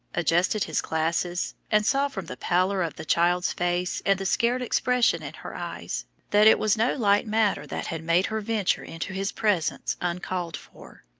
adjusted his glasses, and saw from the pallor of the child's face and the scared expression in her eyes, that it was no light matter that had made her venture into his presence uncalled for.